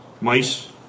mice